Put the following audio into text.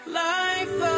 life